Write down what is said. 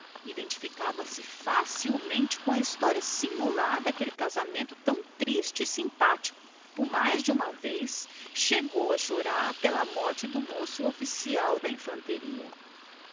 facilmente se identificava com a história singular daquele casamento tão infeliz e tão simpático por mais de uma vez chegou a chorar pela morte do pobre moço oficial de infantaria